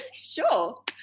sure